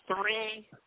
three –